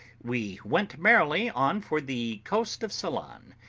we went merrily on for the coast of ceylon,